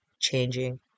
changing